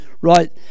right